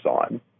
on